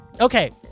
okay